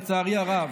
לצערי הרב,